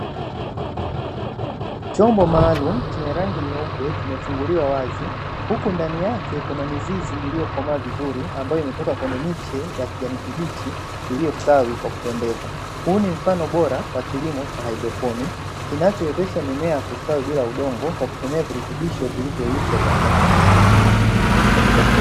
Chombo maalum chenye rangi nyeupe kimefunguliwa wazi huku ndani yake kuna mizizi iliyokomaa vizuri ambayo imetoka kwenye miche ya kijani kibichi iliyostawi kwa kupendeza, huu ni mfano bora wa haidroponi kinachowezesha mimea kustawi bila udongo kwa kutumia virutubisho vilivyoyeyushwa kwenye maji.